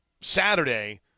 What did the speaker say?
Saturday